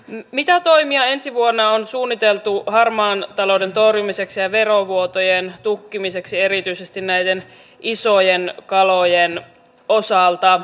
mitä toimia ensi vuonna on suunniteltu harmaan talouden torjumiseksi ja verovuotojen tukkimiseksi erityisesti näiden isojen kalojen osalta